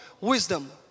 wisdom